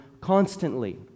constantly